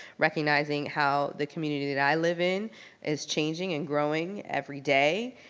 recognizing how the community that i live in is changing and growing every day.